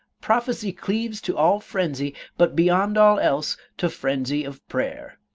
prophecy cleaves to all frenzy, but beyond all else to frenzy of prayer.